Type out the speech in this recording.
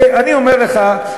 ואני אומר לך,